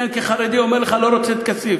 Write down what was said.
הנה, אני כחרדי אומר לך: לא רוצה את כסיף.